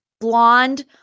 blonde